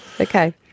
Okay